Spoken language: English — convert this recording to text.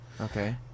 okay